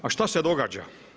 A šta se događa?